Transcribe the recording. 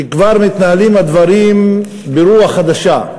שהדברים כבר מתנהלים ברוח חדשה,